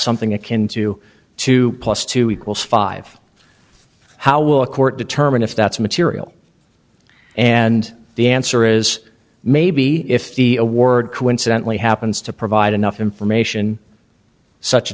something akin to two plus two equals five how will a court determine if that's material and the answer is maybe if the award coincidentally happens to provide enough